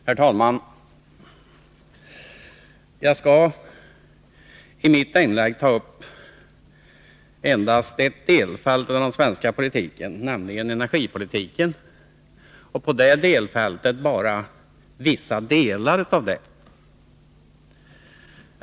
Herr talman! Jag skall i mitt inlägg ta upp endast ett delfält i den svenska politiken, nämligen energipolitiken, och inom det delfältet bara beröra vissa frågor.